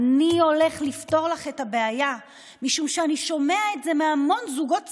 אני הולך לפתור לך את הבעיה משום שאני שומע את זה מהמון זוגות צעירים.